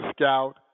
scout